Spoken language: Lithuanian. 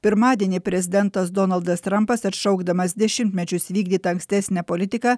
pirmadienį prezidentas donaldas trampas atšaukdamas dešimtmečius vykdytą ankstesnę politiką